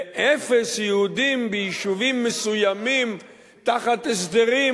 ואפס יהודים ביישובים מסוימים תחת הסדרים,